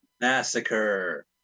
massacre